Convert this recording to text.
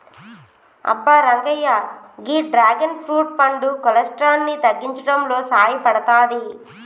అబ్బ రంగయ్య గీ dragon fruit పండు కొలెస్ట్రాల్ ని తగ్గించడంలో సాయపడతాది